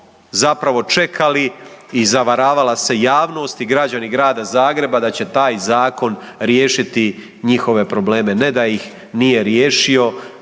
zapravo čekali i zavaravala se javnost i građani Grada Zagreba da će taj zakon riješiti njihove probleme. Ne da ih nije riješio